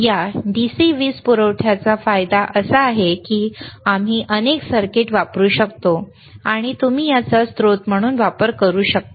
या DC वीज पुरवठ्याचा फायदा असा आहे की आम्ही अनेक सर्किट वापरू शकतो आणि तुम्ही याचा स्रोत म्हणून वापर करू शकता